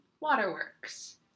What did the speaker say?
Waterworks